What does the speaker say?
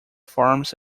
farms